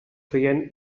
feien